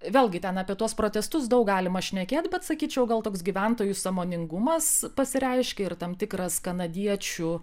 vėlgi ten apie tuos protestus daug galima šnekėt bet sakyčiau gal toks gyventojų sąmoningumas pasireiškė ir tam tikras kanadiečių